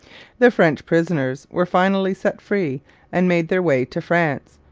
the french prisoners were finally set free and made their way to france,